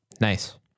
nice